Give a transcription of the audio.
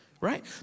Right